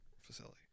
facility